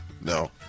No